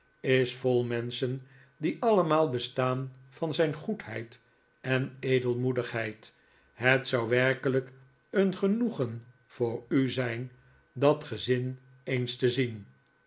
is vol menschen die allemaal bestaan van zijn goedheid en edelmoedigheid het zou werkelijk een genoegen voor u zijn dat gezin eens te zien